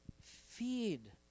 feed